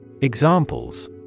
Examples